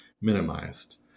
minimized